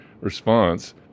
response